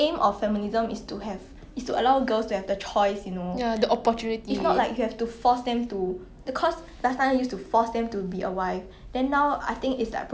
yeah true yeah